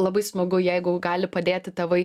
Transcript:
labai smagu jeigu gali padėti tėvai